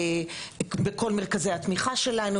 על כל מרכזי התמיכה שלנו,